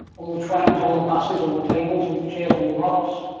all the trams, all the buses, all the tables, all the chairs, all the rocks,